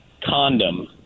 condom